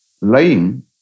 lying